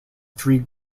three